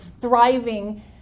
thriving